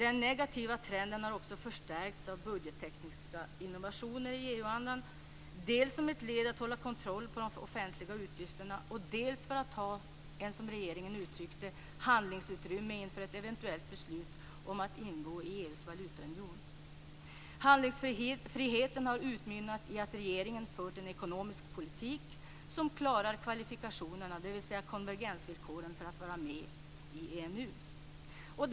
Den negativa trenden har också förstärkts av budgettekniska innovationer i EU-andan, dels som ett led i att hålla kontroll på de offentliga utgifterna, dels för att ha ett, som regeringen uttryckt det, handlingsutrymme inför ett eventuellt beslut att ingå i EU:s valutaunion. Handlingsfriheten har utmynnat i att regeringen fört en ekonomisk politik som klarar kvalifikationerna, dvs. konvergensvillkoren för att vara med i EMU.